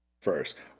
first